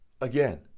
Again